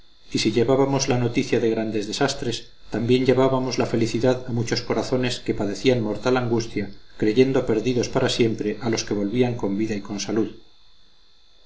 y si llevábamos la noticia de grandes desastres también llevábamos la felicidad a muchos corazones que padecían mortal angustia creyendo perdidos para siempre a los que volvían con vida y con salud